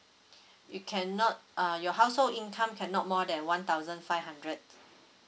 you cannot uh your household income cannot more than one thousand five hundred